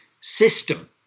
system